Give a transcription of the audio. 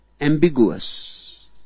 ambiguous